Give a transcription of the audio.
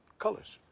colors.